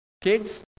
Kids